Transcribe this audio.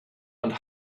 and